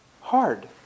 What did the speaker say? hard